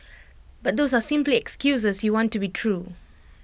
but those are simply excuses you want to be true